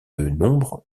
nombre